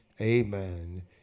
Amen